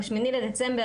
ב-8 בדצמבר,